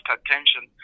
attention